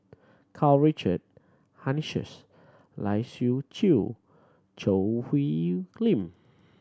Karl Richard Hanitsch Lai Siu Chiu Choo Hwee Lim